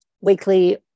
weekly